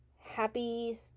happy